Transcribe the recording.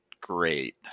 great